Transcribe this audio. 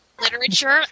literature